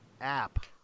app